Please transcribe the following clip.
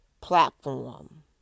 platform